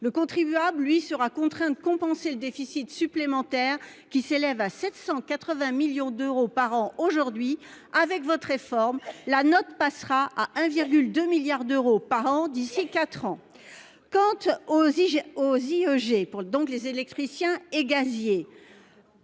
Le contribuable, lui, sera contraint de compenser l'aggravation du déficit : celui-ci s'élève à 780 millions d'euros par an aujourd'hui, avec votre réforme, la note passera à 1,2 milliard d'euros par an d'ici quatre ans. Chez les électriciens et gaziers,